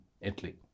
Italy